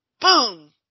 boom